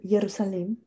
Jerusalem